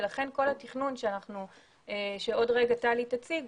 לכן כל התכנון שעוד רגע טלי תציג,